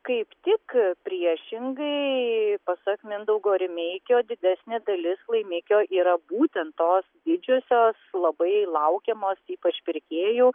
kaip tik priešingai pasak mindaugo rimeikio didesnė dalis laimikio yra būtent tos didžiosios labai laukiamos ypač pirkėjų